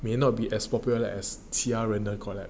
may not be as popular as 其他人的 collab